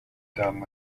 damen